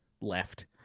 left